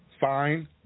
fine